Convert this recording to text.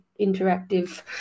interactive